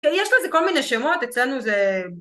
יש לזה כל מיני שמות, אצלנו זה...